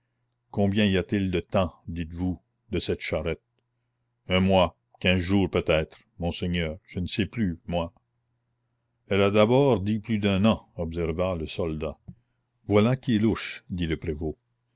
combien y a-t-il de temps dites-vous de cette charrette un mois quinze jours peut-être monseigneur je ne sais plus moi elle a d'abord dit plus d'un an observa le soldat voilà qui est louche dit le prévôt